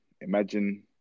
imagine